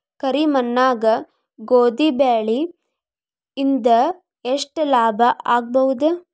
ಕರಿ ಮಣ್ಣಾಗ ಗೋಧಿ ಬೆಳಿ ಇಂದ ಎಷ್ಟ ಲಾಭ ಆಗಬಹುದ?